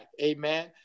amen